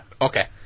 Okay